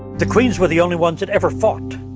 the queens were the only ones that ever fought.